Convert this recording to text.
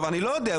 אני לא יודע,